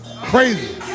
crazy